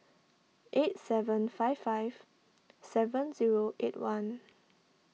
eight seven five five seven zero eight one